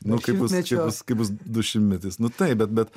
nu kaip bus taip bus kai bus dušimtmetis nu taip bet bet